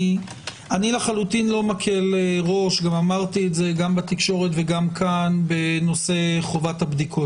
אני לא מקל ראש אמרתי את זה גם בתקשורת וגם כאן - בנושא חובת הבדיקות.